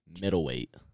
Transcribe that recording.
Middleweight